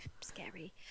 scary